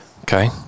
Okay